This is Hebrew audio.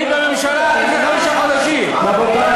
היית בממשלה לפני חמישה חודשים רבותי,